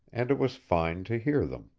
and it was fine to hear them.